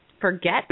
forget